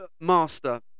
master